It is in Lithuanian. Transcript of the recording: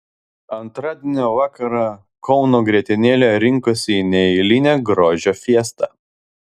antradienio vakarą kauno grietinėlė rinkosi į neeilinę grožio fiestą